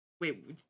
Wait